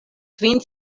kvin